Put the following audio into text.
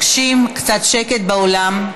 קצת שקט באולם.